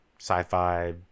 sci-fi